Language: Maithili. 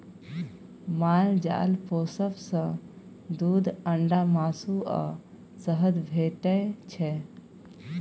माल जाल पोसब सँ दुध, अंडा, मासु आ शहद भेटै छै